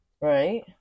right